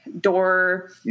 door